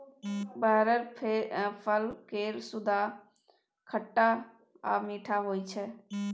बरहर फल केर सुआद खट्टा आ मीठ होइ छै